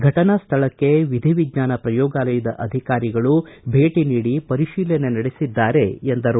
ಫಟನಾ ಸ್ಥಳಕ್ಕೆ ವಿಧಿವಿಜ್ಞಾನ ಪ್ರಯೋಗಾಲಯದ ಅಧಿಕಾರಿಗಳು ಭೇಟ ನೀಡಿ ಪರಿಶೀಲನೆ ನಡೆಸಿದ್ದಾರೆ ಎಂದರು